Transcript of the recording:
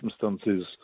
circumstances